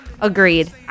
agreed